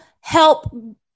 help